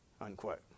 Unquote